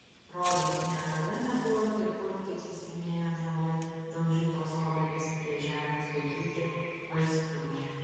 rodos niekada nebuvo taip purtyti senieji ąžuolai daužytos obelys prie žemės guldyti vaiskrūmiai